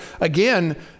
again